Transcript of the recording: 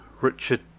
Richard